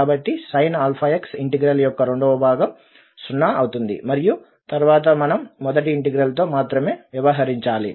కాబట్టి sin⁡αx integral యొక్క రెండవ భాగం 0 అవుతుంది మరియు తరువాత మనం మొదటి ఇంటిగ్రల్తో మాత్రమే వ్యవహరించాలి